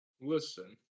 Listen